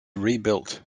rebuilt